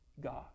God